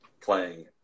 playing